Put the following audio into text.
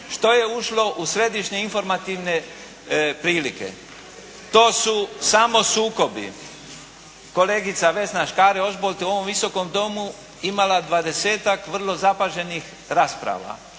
što je ušlo u središnje informativne prilike to su samo sukobi. Kolegica Vesna Škare-Ožbolt je u ovom Visokom domu imala dvadesetak vrlo zapaženih rasprava.